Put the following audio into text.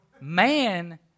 Man